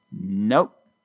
Nope